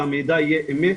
שהמידע יהיה אמת